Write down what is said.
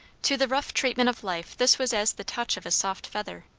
to the rough treatment of life this was as the touch of a soft feather.